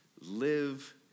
live